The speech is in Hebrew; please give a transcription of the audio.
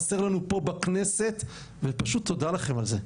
חסר לנו פה בכנסת ופשוט תודה לכן על זה,